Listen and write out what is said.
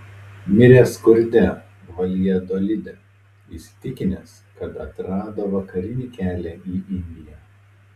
mirė skurde valjadolide įsitikinęs kad atrado vakarinį kelią į indiją